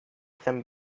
them